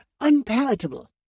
unpalatable